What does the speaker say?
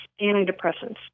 antidepressants